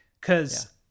Cause